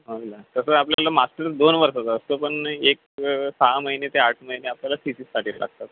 होय ना तसंच आपल्याला मास्टर दोन वर्षाचा असतो पण एक सहा महिने ते आठ महिने आपल्याला थिसीससाठी लागतात